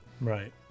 right